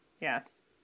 Yes